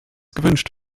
gewünscht